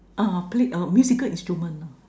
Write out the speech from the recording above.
ah played uh musical instruments